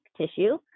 tissue